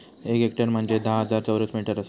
एक हेक्टर म्हंजे धा हजार चौरस मीटर आसा